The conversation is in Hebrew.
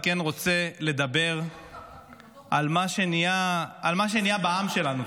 אני כן רוצה לדבר על מה שנהיה בעם שלנו,